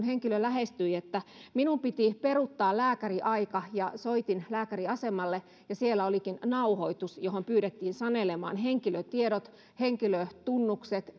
henkilö lähestyi ihan yksinkertaisella kysymyksellä minun piti peruuttaa lääkäriaika ja soitin lääkäriasemalle ja siellä olikin nauhoitus johon pyydettiin sanelemaan henkilötiedot henkilötunnukset